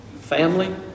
family